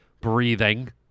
breathing